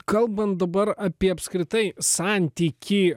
kalbant dabar apie apskritai santykį